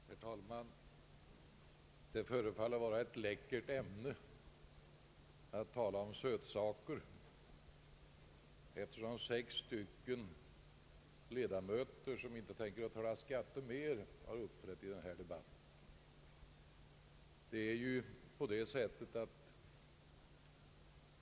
Herr talman! Det förefaller vara ett läckert ämne att tala om sötsaker, eftersom sex ledamöter som inte vill debattera skatt längre uppträtt i denna debatt.